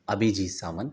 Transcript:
Abhijit Sawant